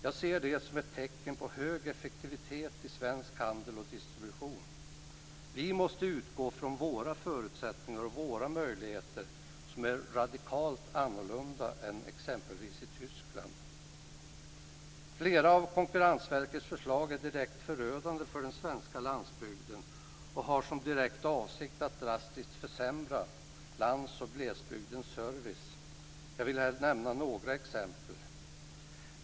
Jag ser det som ett tecken på hög effektivitet i svensk handel och distribution. Vi måste utgå från våra förutsättningar och våra möjligheter som är radikalt annorlunda än t.ex. Tysklands. Flera av Konkurrensverkets förslag är direkt förödande för den svenska landsbygden och har som direkt avsikt att drastiskt försämra lands och glesbygdens service. Jag vill här nämna några exempel.